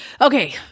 okay